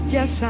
Yes